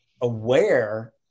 aware